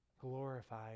glorified